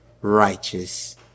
righteous